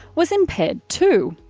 was impaired too.